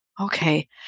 Okay